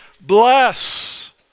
bless